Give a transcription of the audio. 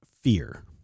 fear